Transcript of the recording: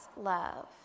love